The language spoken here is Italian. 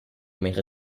mentre